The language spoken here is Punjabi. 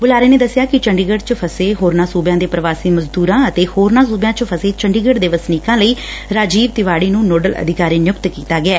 ਬੁਲਾਰੇ ਨੇ ਦਸਿਆ ਕਿ ਚੰਡੀਗੜ ਚ ਫਸੇ ਹੋਰਨਾਂ ਸੁਬਿਆਂ ਦੇ ਪੁਵਾਸੀ ਮਜ਼ਦੁਰਾਂ ਅਤੇ ਹੋਰਨਾਂ ਸੁਬਿਆਂ ਚ ਫਸੇ ਚੰਡੀਗੜ ਵਸਨੀਕਾ ਲਈ ਰਾਜੀਵ ਤਿਵਾੜੀ ਨੰ ਨੋਡਲ ਅਧਿਕਾਰੀ ਨਿਯੁਕਤ ਕੀਤਾ ਗਿਐ